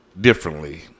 differently